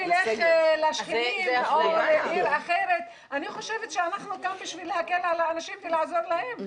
אני חושבת שגם בשביל להגן על האנשים ולעזור להם.